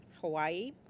Hawaii